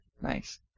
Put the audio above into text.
Nice